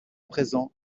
présent